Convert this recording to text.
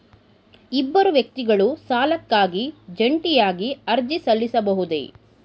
ಇಬ್ಬರು ವ್ಯಕ್ತಿಗಳು ಸಾಲಕ್ಕಾಗಿ ಜಂಟಿಯಾಗಿ ಅರ್ಜಿ ಸಲ್ಲಿಸಬಹುದೇ?